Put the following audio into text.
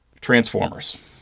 Transformers